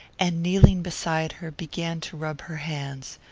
and, kneeling beside her, began to rub her hands.